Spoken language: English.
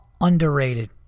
underrated